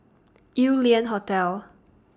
Yew Lian Hotel